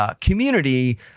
community